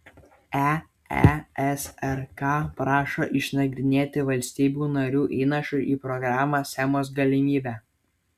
eesrk prašo išnagrinėti valstybių narių įnašų į programą schemos galimybę